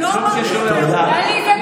אני מבקש.